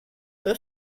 for